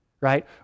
right